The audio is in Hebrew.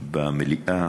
במליאה,